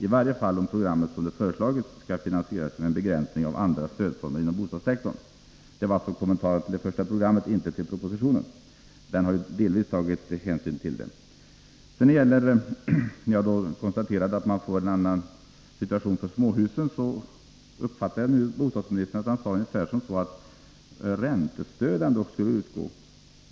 I varje fall om programmet, som det föreslagits, skall finanseras genom en begränsning av andra stödformer inom bostadssektorn.” Detta var alltså kommentaren till det första programmet, inte till propositionen, som ju delvis har tagit hänsyn till invändningarna. 21 Sedan jag hade konstaterat att man får en annan situation när det gäller småhusen, uppfattade jag att bostadsministern sade ungefär som så, att räntestöd ändå skulle utgå.